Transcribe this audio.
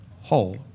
whole